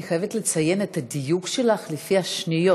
אני חייבת לציין את הדיוק שלך לפי השניות.